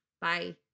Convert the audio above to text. Bye